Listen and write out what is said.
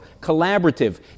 Collaborative